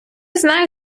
знаю